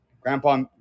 grandpa